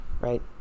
right